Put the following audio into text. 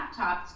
laptops